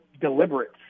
deliberate